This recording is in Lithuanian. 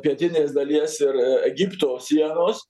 pietinės dalies ir egipto sienos